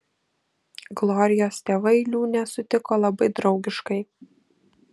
glorijos tėvai liūnę sutiko labai draugiškai